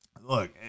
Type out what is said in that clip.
Look